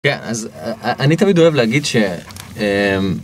כן, אז אני תמיד אוהב להגיד ש...